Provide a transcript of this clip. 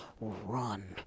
run